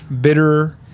bitter